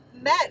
met